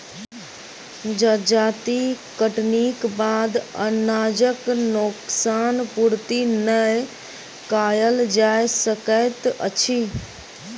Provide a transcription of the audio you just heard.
जजाति कटनीक बाद अनाजक नोकसान पूर्ति नै कयल जा सकैत अछि